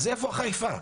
איפה האכיפה?